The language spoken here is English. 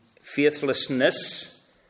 faithlessness